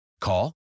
Call